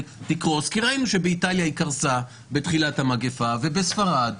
תקרוס כי ראינו שבאיטליה היא קרסה בתחילת המגפה ובספרד,